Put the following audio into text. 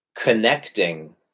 connecting